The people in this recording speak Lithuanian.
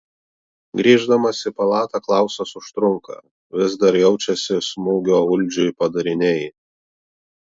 grįždamas į palatą klausas užtrunka vis dar jaučiasi smūgio uldžiui padariniai